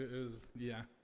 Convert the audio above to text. it was, yeah.